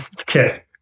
Okay